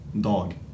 Dog